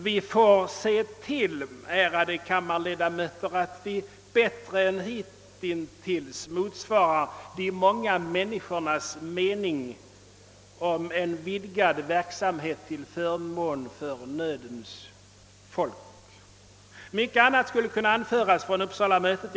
Vi bör, ärade kammarledamöter, se till att vi bättre än hittills motsvarar de många människornas mening om en vidgad verksamhet till förmån för nödens folk. Mycket annat skulle kunna anföras från Uppsalamötet.